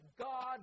God